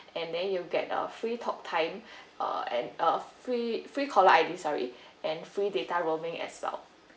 and then uh you get uh free talk time uh and uh free free caller I_D sorry and free data roaming as well